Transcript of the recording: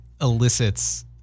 elicits